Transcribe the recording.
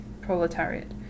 proletariat